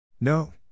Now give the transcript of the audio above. No